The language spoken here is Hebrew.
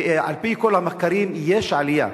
על-פי כל המחקרים יש עלייה